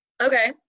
Okay